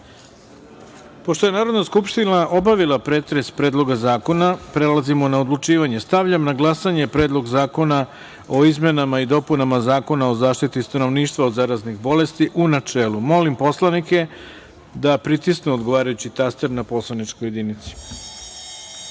je Narodna skupština obavila pretres Predloga zakona, prelazimo na odlučivanje. Stavljam na glasanje Predlog zakona o izmenama i dopunama Zakona o zaštiti stanovništva od zaraznih bolesti, u načelu. Molim narodne poslanike da pritisnu odgovarajući taster na poslaničkoj